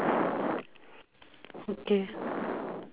okay